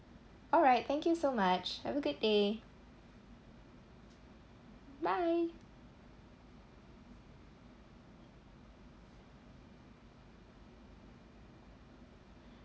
alright thank you so much have a good day bye